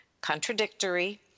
contradictory